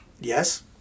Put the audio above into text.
Yes